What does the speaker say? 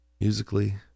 musically